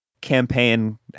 campaign